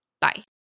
Bye